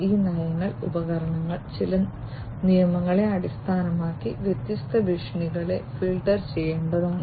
ഈ നയങ്ങൾ ഉപകരണങ്ങൾ ചില നിയമങ്ങളെ അടിസ്ഥാനമാക്കി വ്യത്യസ്ത ഭീഷണികളെ ഫിൽട്ടർ ചെയ്യേണ്ടതാണ്